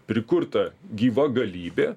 prikurta gyva galybė